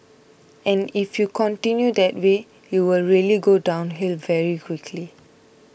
and if you continue that way you will really go downhill very quickly